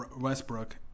Westbrook